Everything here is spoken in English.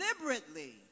deliberately